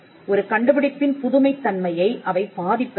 ஒரு கண்டுபிடிப்பின் புதுமைத் தன்மையை அவை பாதிப்பதில்லை